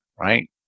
right